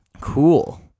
Cool